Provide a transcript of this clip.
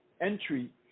entry